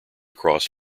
cross